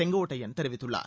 செங்கோட்டையன் தெரிவித்துள்ளார்